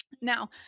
Now